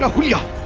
ah real